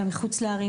גם מחוץ לערים,